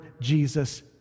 Jesus